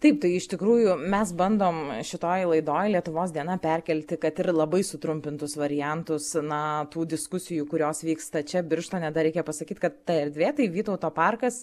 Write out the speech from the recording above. taip tai iš tikrųjų mes bandom šitoj laidoj lietuvos diena perkelti kad ir labai sutrumpintus variantus na tų diskusijų kurios vyksta čia birštone dar reikia pasakyt kad ta erdvė tai vytauto parkas